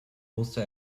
musste